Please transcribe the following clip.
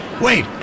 wait